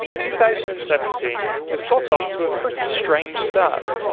two thousand and seventeen has got off to a pretty strange start.